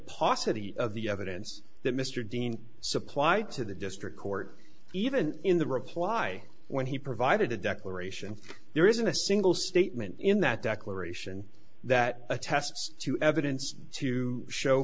paucity of the evidence that mr dean supplied to the district court even in the reply when he provided a declaration and there isn't a single statement in that declaration that attests to evidence to show